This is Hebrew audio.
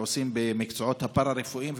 כשעושים במקצועות הפארה-רפואיים,